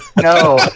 No